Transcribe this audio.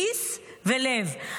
כיס ולב.